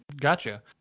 Gotcha